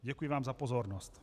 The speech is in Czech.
Děkuji vám za pozornost.